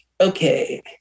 okay